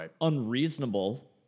unreasonable